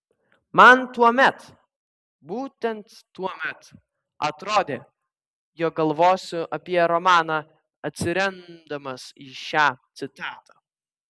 man tuomet būtent tuomet atrodė jog galvosiu apie romaną atsiremdamas į šią citatą